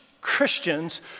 Christians